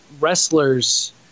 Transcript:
wrestlers